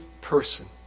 person